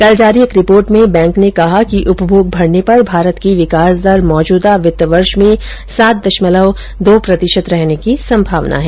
कल जारी एक रिर्पोट में बैंक ने कहा कि उपभोग बढ़ने पर भारत की विकास दर मौजूदा वित्त वर्ष में सात दशमलव दो प्रतिशत रहने की संभावना है